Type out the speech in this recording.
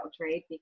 right